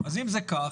אז אם זה כך,